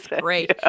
great